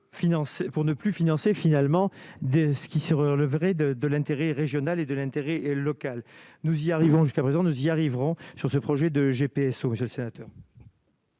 pour ne plus financer finalement de ce qui, sur le vrai de de l'intérêt régional et de l'intérêt locale nous y arrivons, jusqu'à présent, nous y arriverons sur ce projet de GPSO je sais. Monsieur